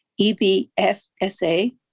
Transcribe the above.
EBFSA